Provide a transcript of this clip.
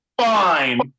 Fine